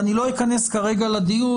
לא אכנס כרגע לדיון,